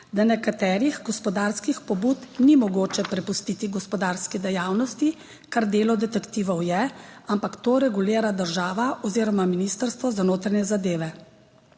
da nekaterih gospodarskih pobud ni mogoče prepustiti gospodarski dejavnosti, kar delo detektivov je, ampak to regulira država oziroma Ministrstvo za notranje zadeve.